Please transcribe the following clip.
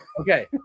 Okay